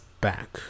back